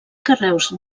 carreus